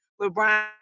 LeBron